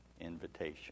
invitation